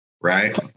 right